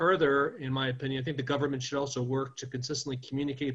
אני מכיר את התופעה אצל פרשנים,